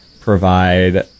provide